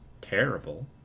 terrible